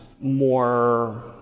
more